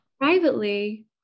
Privately